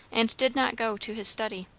and did not go to his study.